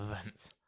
events